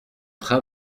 train